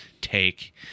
take